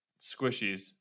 squishies